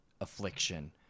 affliction